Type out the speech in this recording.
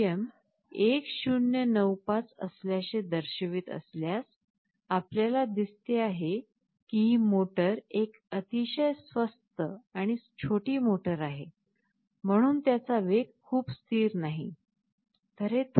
हे RPM 1095 असल्याचे दर्शवित असल्यास आपल्याला दिसते आहे की ही मोटर एक अतिशय स्वस्त आणि छोटी मोटर आहे म्हणून त्याचा वेग खूप स्थिर नाही